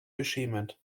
beschämend